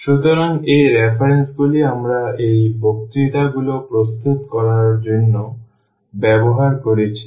সুতরাং এই রেফারেন্সগুলি আমরা এই বক্তৃতা গুলো প্রস্তুত করতে ব্যবহার করেছি